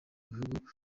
bihugu